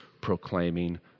proclaiming